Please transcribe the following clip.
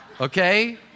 Okay